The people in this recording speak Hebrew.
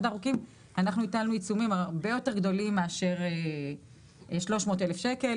ארוכים אנחנו הטלנו עיצומים הרבה יותר גדולים מאשר 300,000 שקלים.